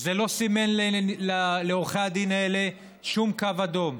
זה לא סימן לעורכי הדין האלה שום קו אדום,